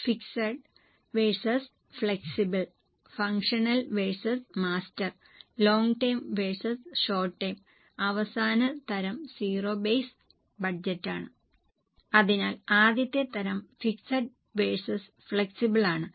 fixed versus flexible functional versus master long term versus short term അവസാന തരം zero base ബജറ്റാണ് അതിനാൽ ആദ്യത്തെ തരം ഫിക്സഡ് വേർസ്സ് ഫ്ലെക്സിബിൾ ആണ്